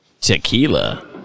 tequila